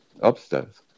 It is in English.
Upstairs